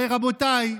רבותיי,